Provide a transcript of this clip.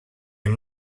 him